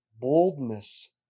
boldness